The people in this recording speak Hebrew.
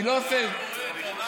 אני לא עושה, לי לעבודה?